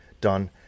done